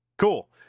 Cool